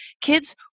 kids